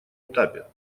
этапе